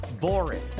boring